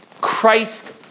Christ